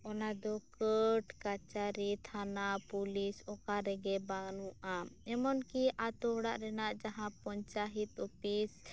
ᱚᱱᱟᱫᱚ ᱠᱳᱴ ᱠᱟᱹᱪᱷᱟᱹᱨᱤ ᱛᱷᱟᱱᱟ ᱯᱩᱞᱤᱥ ᱚᱠᱟᱨᱮᱜᱮ ᱵᱟᱹᱱᱩᱜᱼᱟ ᱮᱢᱚᱱᱠᱤ ᱟᱛᱳ ᱚᱲᱟᱜ ᱨᱮᱱᱟᱜ ᱡᱟᱦᱟᱸ ᱯᱚᱧᱪᱟᱭᱮᱛ ᱚᱯᱷᱤᱥ